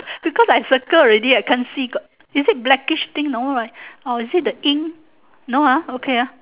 because I circle already I can't see got is it blackish thing no right or is it the ink no ah okay ah